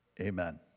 amen